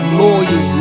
loyal